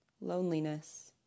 Loneliness